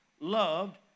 loved